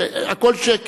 שהכול שקר.